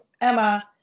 Emma